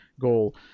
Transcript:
goal